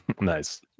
nice